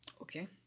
Okay